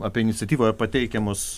apie iniciatyvoje pateikiamus